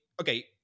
okay